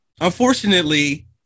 Unfortunately